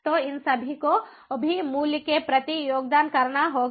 तो इन सभी को भी मूल्य के प्रति योगदान करना होगा